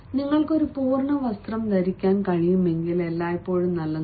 നിങ്ങൾക്ക് ഒരു പൂർണ്ണ വസ്ത്രം ധരിക്കാൻ കഴിയുമെങ്കിൽ എല്ലായ്പ്പോഴും നല്ലതാണ്